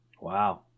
Wow